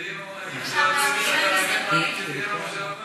בבקשה, חברת הכנסת ברקו.